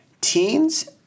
teens